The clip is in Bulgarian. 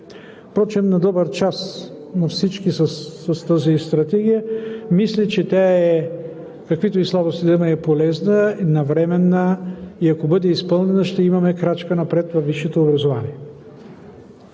Впрочем на добър час на всички с тази стратегия! Мисля, че тя каквито и слабости да има, е полезна, навременна, и ако бъде изпълнена, ще имаме крачка напред във висшето образование.